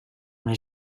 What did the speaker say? una